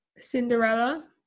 Cinderella